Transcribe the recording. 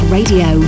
Radio